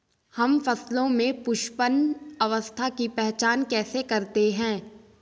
हम फसलों में पुष्पन अवस्था की पहचान कैसे करते हैं?